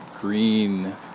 green